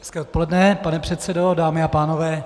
Hezké odpoledne, pane předsedo, dámy a pánové.